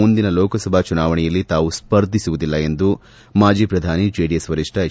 ಮುಂದಿನ ಲೋಕಸಭಾ ಚುನಾವಣೆಯಲ್ಲಿ ತಾವು ಸ್ವರ್ಧಿಸುವುದಿಲ್ಲ ಎಂದು ಮಾಜಿ ಶ್ರಧಾನಿ ಜೆಡಿಎಸ್ ವರಿಷ್ಣ ಎಚ್